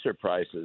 prices